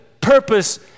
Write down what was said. purpose